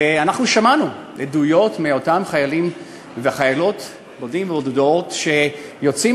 ואנחנו שמענו עדויות מאותם חיילים וחיילות בודדים ובודדות שיוצאים